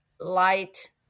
light